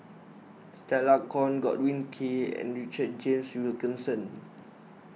Stella Kon Godwin Koay and Richard James Wilkinson